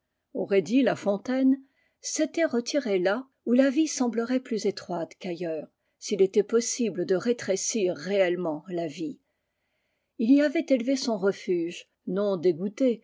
aurait dit la fontaine s'était retiré là oit la vie semblerait plus étroite qu'ailleurs s'il était possible de rétrécir réellement la vie il y avait élevé son refuge non dégoûté